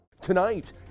Tonight